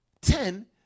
ten